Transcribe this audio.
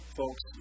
folks